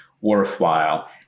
worthwhile